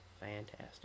fantastic